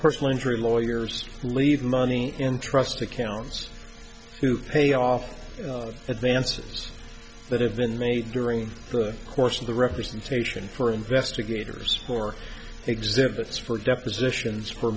personal injury lawyers leave money in trust accounts to pay off that they answers that have been made during the course of the representation for investigators for exhibits for depositions for